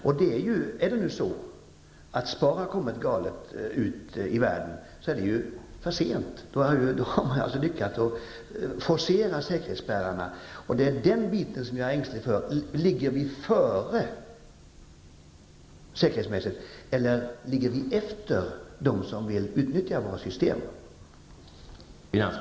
Och om det nu är på det sättet att SPAR har kommit ut i världen på ett felaktigt sätt är det för sent att göra något. Då har man lyckats forcera säkerhetsspärrarna. Det är detta som jag är ängslig för. Ligger vi före säkerhetsmässigt, eller ligger vi efter dem som vill utnyttja våra system?